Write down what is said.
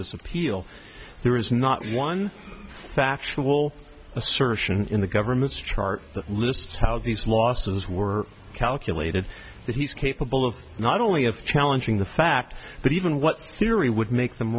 this of peel there is not one factual assertion in the government's chart that lists how these losses were calculated that he's capable of not only of challenging the fact but even what theory would make them